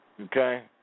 okay